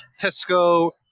Tesco